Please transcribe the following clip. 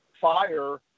fire